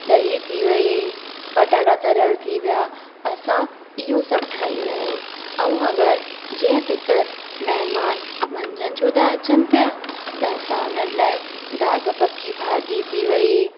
ॾही थी वई पटाटा तरियल थी विया असां इहो सभु ठाहींदा आहियूं ऐं अगरि जंहिंते कर महिमान मंझंदि जो त अचनि पिया त असां उन्हनि लाइ दाग पकी भाॼी थी वई